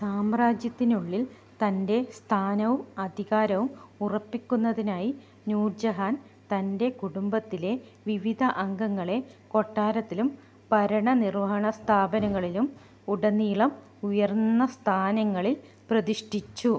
സാമ്രാജ്യത്തിനുള്ളിൽ തൻ്റെ സ്ഥാനവും അധികാരവും ഉറപ്പിക്കുന്നതിനായി നൂർജഹാൻ തൻ്റെ കുടുംബത്തിലെ വിവിധ അംഗങ്ങളെ കൊട്ടാരത്തിലും ഭരണ നിര്വഹണ സ്ഥാപനങ്ങളിലും ഉടനീളം ഉയർന്ന സ്ഥാനങ്ങളിൽ പ്രതിഷ്ഠിച്ചു